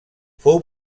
fou